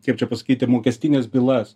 kaip čia pasakyti mokestines bylas